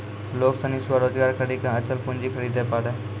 लोग सनी स्वरोजगार करी के अचल पूंजी खरीदे पारै